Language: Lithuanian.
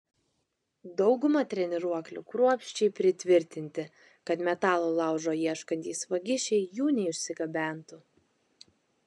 dauguma treniruoklių kruopščiai pritvirtinti kad metalo laužo ieškantys vagišiai jų neišsigabentų